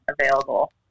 available